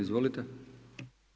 Izvolite.